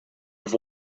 have